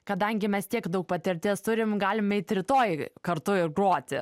kadangi mes tiek daug patirties turim galim eit rytoj kartu ir groti